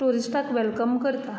ट्युरिस्टाक welcome करता